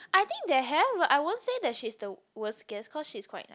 I think they have but I won't say that she's the worst guest cause she's quite nice